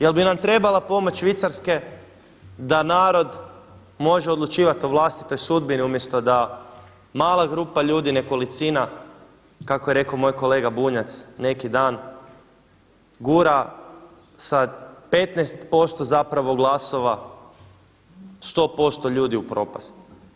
Jel' bi nam trebala pomoć Švicarske da narod može odlučivati o vlastitoj sudbini umjesto da mala grupa ljudi, nekolicina, kako je rekao moj kolega Bunjac neki dan, gura sa 15 posto zapravo glasova 100 posto ljudi u propast.